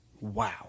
wow